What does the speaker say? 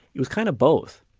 it was kind of both.